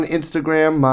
Instagram